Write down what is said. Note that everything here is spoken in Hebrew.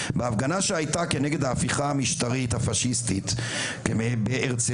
בהפגנה שהייתה כנגד ההפיכה המשטרתית הפשיסטית בהרצליה,